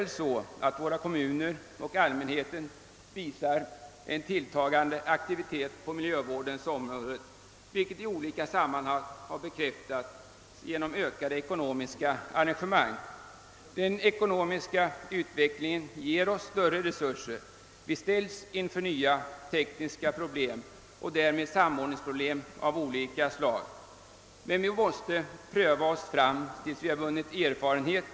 Både våra kommuner och allmänheten visar en tilltagande aktivitet på miljövårdens område, vilket i olika sammanhang bekräftats genom ökat ekonomiskt engagemang. Den ekonomiska utvecklingen ger oss större resurser, vi ställs inför nya tekniska problem och därmed inför samordningsproblem av olika slag. Men vi måste pröva oss fram tills vi vunnit erfarenhet.